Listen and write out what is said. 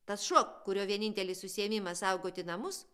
tas šuo kurio vienintelis užsiėmimas saugoti namus